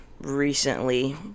recently